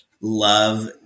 love